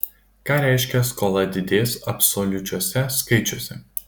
ką reiškia skola didės absoliučiuose skaičiuose